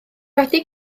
wedi